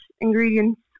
ingredients